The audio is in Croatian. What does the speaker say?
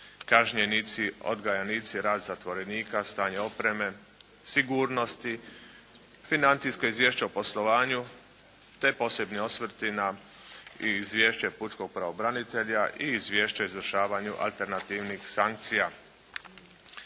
kažnjenici, odgajanici, rad zatvorenika, stanje opreme, sigurnosti, financijsko izvješće o poslovanju te posebni osvrti na izvješće pučkog pravobranitelja i Izvješće o izvršavanju alternativnih sankcija.